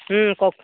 কওক